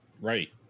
Right